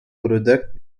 product